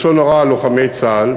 לשון הרע על לוחמי צה"ל)